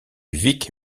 vic